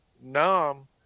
numb